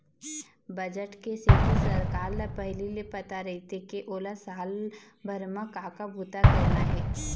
budget के सेती सरकार ल पहिली ले पता रहिथे के ओला साल भर म का का बूता करना हे